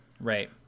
right